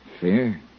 Fear